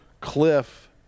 Cliff